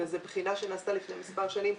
זאת בחינה שנעשתה לפני כמה שנים.